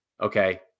Okay